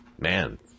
man